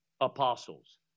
apostles